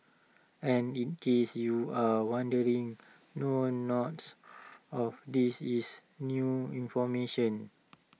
and in case you're wondering no not of these is new information